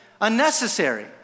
unnecessary